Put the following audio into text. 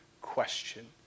question